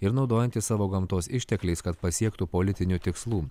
ir naudojantis savo gamtos ištekliais kad pasiektų politinių tikslų